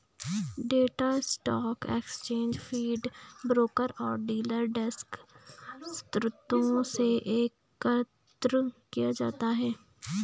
data stock exchange feed, broker और dealer desk स्रोतों से एकत्र किया जाता है